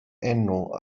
enw